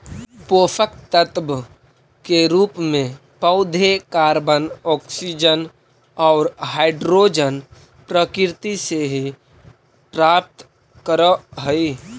पोषकतत्व के रूप में पौधे कॉर्बन, ऑक्सीजन और हाइड्रोजन प्रकृति से ही प्राप्त करअ हई